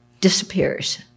disappears